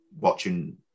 watching